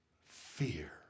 fear